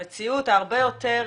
המציאות הרבה יותר